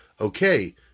Okay